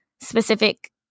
specific